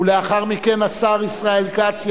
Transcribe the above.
ולאחר מכן השר ישראל כץ יעלה.